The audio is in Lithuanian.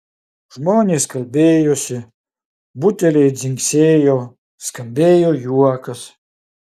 žmonės kalbėjosi buteliai dzingsėjo skambėjo juokas